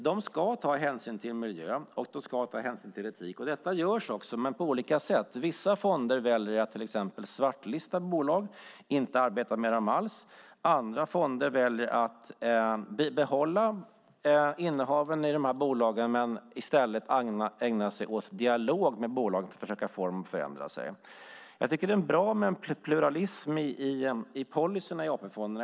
De ska ta hänsyn till miljön och de ska ta hänsyn till etik. Detta görs också, men på olika sätt. Vissa fonder väljer att till exempel svartlista bolag, inte arbeta med dem alls. Andra fonder väljer att bibehålla innehaven i de här bolagen men i stället ägna sig åt dialog med bolagen och försöka få dem att förändra sig. Jag tycker att det är bra med pluralism i policyerna i AP-fonderna.